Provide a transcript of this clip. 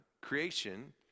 creation